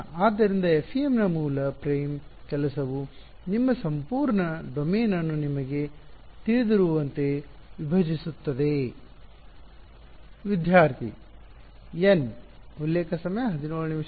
ಆದ್ದರಿಂದ FEMನ ಮೂಲ ಫ್ರೇಮ್ ಕೆಲಸವು ನಿಮ್ಮ ಸಂಪೂರ್ಣ ಡೊಮೇನ್ ಅನ್ನು ನಿಮಗೆ ತಿಳಿದಿರುವಂತೆ ವಿಭಜಿಸುತ್ತದೆ